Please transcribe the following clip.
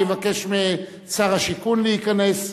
אני אבקש משר השיכון להיכנס,